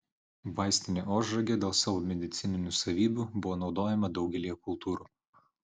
vaistinė ožragė dėl savo medicininių savybių buvo naudojama daugelyje kultūrų